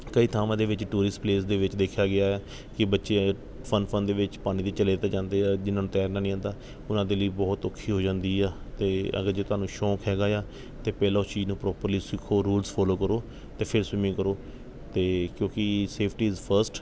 ਕਈ ਥਾਵਾਂ ਦੇ ਵਿੱਚ ਟੂਰਿਸਟ ਪਲੇਸ ਦੇ ਵਿੱਚ ਦੇਖਿਆ ਗਿਆ ਕਿ ਬੱਚੇ ਫਨ ਫਨ ਦੇ ਵਿੱਚ ਪਾਣੀ ਦੇ ਵਿੱਚ ਚਲੇ ਤਾਂ ਜਾਂਦੇ ਆ ਜਿਹਨਾਂ ਨੂੰ ਤੈਰਨਾ ਨਹੀਂ ਆਉਂਦਾ ਉਹਨਾਂ ਦੇ ਲਈ ਬਹੁਤ ਔਖੀ ਹੋ ਜਾਂਦੀ ਆ ਅਤੇ ਅਗਰ ਜੇ ਤੁਹਾਨੂੰ ਸ਼ੌਂਕ ਹੈਗਾ ਆ ਤਾਂ ਪਹਿਲਾਂ ਉਸ ਚੀਜ਼ ਨੂੰ ਪ੍ਰੋਪਰਲੀ ਸਿੱਖੋ ਰੂਲਸ ਫੋਲੋ ਕਰੋ ਅਤੇ ਫਿਰ ਸਵੀਮਿੰਗ ਕਰੋ ਅਤੇ ਕਿਉਂਕਿ ਸੇਫਟੀ ਇਜ ਫਸਟ